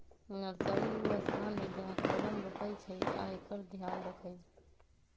nursery उ स्थान हइ जहा कलम रोपइ छइ आ एकर ध्यान रखहइ